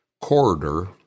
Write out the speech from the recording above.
corridor